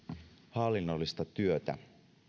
hallinnollista työtä